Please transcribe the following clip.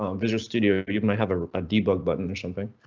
um visual studio but even have a debug button or something.